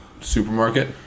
Supermarket